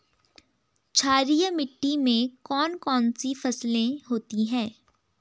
क्षारीय मिट्टी में कौन कौन सी फसलें होती हैं?